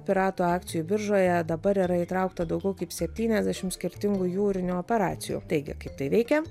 piratų akcijų biržoje dabar yra įtraukta daugiau kaip septyniasdešim skirtingų jūrinių operacijų taigi kaip tai veikia